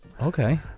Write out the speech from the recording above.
okay